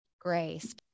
grace